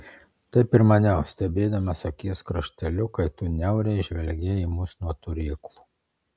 taip ir maniau stebėdamas akies krašteliu kai tu niauriai žvelgei į mus nuo turėklų